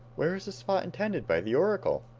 where is the spot intended by the oracle?